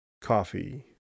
coffee